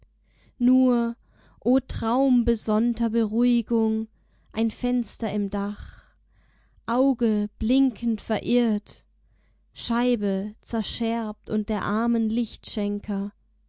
nur o traum besonnter beruhigung ein fenster im dach auge blinkend verirrt scheibe zerscherbt und der armen